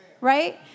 right